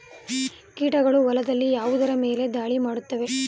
ಕೀಟಗಳು ಹೊಲದಲ್ಲಿ ಯಾವುದರ ಮೇಲೆ ಧಾಳಿ ಮಾಡುತ್ತವೆ?